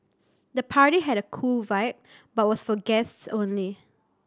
the party had a cool vibe but was for guests only